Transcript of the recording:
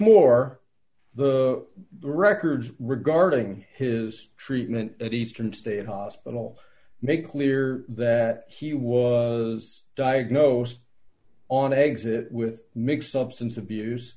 more the records regarding his treatment at eastern state hospital make clear that he was diagnosed on exit with mixed substance abuse